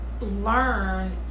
learn